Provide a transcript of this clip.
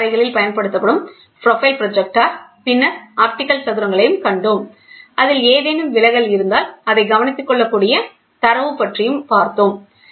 கருவி அறைகளில் பயன்படும் ப்ரொபைல் ப்ரொஜெக்டர் பின்னர் ஆப்டிகல் சதுரங்களைக் கண்டோம் அதில் ஏதேனும் விலகல் இருந்தால் அதை கவனித்துக்கொள்ளக்கூடிய தரவு பற்றியும் பார்த்தோம்